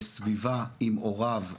בסביבה עם הוריו.